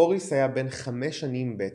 בוריס היה בן חמש שנים בעת